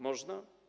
Można?